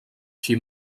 she